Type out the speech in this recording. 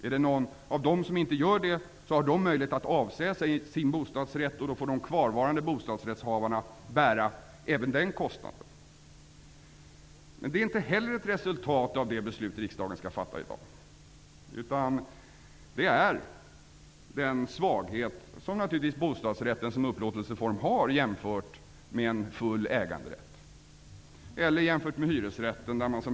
Är det någon som inte gör det, finns det möjlighet att avsäga sig sin bostadsrätt. Då får de kvarvarande bostadsrättshavarna bära även den kostnaden. Detta är inte heller ett resultat av det beslut som riksdagen skall fatta i dag, utan det är den svaghet som naturligtvis bostadsrätten som upplåtelseform har jämfört med en full äganderätt och jämfört med hyresrätten.